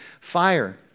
fire